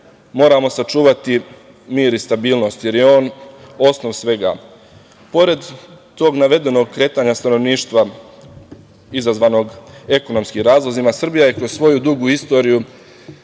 moramo sačuvati mir i stabilnost, jer je on osnov svega. Pored tog navedenog kretanja stanovništva izazvanog ekonomskim razlozima Srbija je kroz svoju dugu istoriju,